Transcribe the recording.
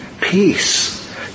Peace